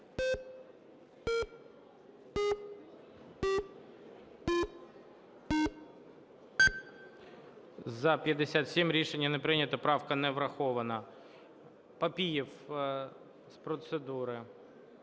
За-57 Рішення не прийнято. Правка не врахована. Папієв – з процедури.